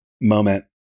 moment